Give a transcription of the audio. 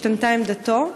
האם השתנתה עמדתו?